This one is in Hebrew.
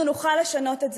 אנחנו נוכל לשנות את זה.